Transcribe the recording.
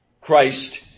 Christ